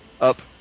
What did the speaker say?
up